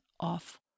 off